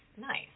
Nice